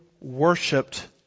worshipped